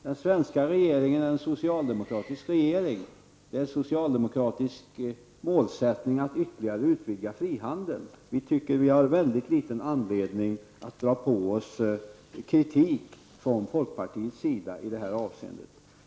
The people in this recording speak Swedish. Den svenska regeringen är en socialdemokratisk regering med socialdemokratisk målsättning att ytterligare bygga ut frihandeln. Vi tycker att vi har mycket liten anledning att dra på oss kritik från folkpartiets sida i det avseendet.